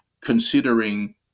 considering